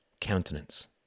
countenance